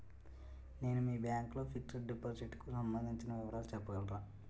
నేను మీ బ్యాంక్ లో ఫిక్సడ్ డెపోసిట్ కు సంబందించిన వివరాలు చెప్పగలరా?